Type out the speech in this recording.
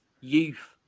youth